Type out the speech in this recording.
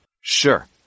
Sure